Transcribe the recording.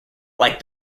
like